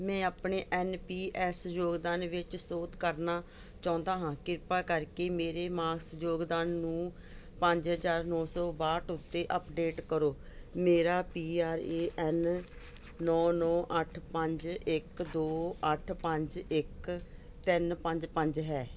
ਮੈਂ ਆਪਣੇ N P S ਯੋਗਦਾਨ ਵਿੱਚ ਸੋਧ ਕਰਨਾ ਚਾਹੁੰਦਾ ਹਾਂ ਕਿਰਪਾ ਕਰਕੇ ਮੇਰੇ ਮਾਸਿਕ ਯੋਗਦਾਨ ਨੂੰ ਪੰਜ ਹਜ਼ਾਰ ਨੌਂ ਸੋ ਬਾਹਠ ਉੱਤੇ ਅੱਪਡੇਟ ਕਰੋ ਮੇਰਾ ਪੀਆਰਏਐੱਨ ਨੌਂ ਨੌਂ ਅੱਠ ਪੰਜ ਇੱਕ ਦੋ ਅੱਠ ਪੰਜ ਇੱਕ ਤਿੰਨ ਪੰਜ ਪੰਜ ਹੈ